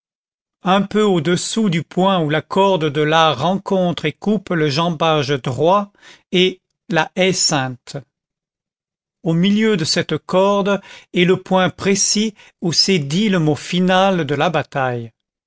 un peu au-dessous du point où la corde de l'a rencontre et coupe le jambage droit est la haie sainte au milieu de cette corde est le point précis où s'est dit le mot final de la bataille